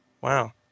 Wow